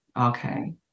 Okay